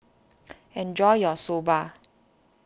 enjoy your Soba